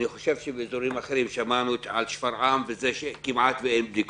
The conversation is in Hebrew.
אני חושב שבאזורים אחרים שמענו על שפרעם כמעט ואין בדיקות.